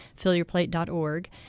fillyourplate.org